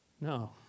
No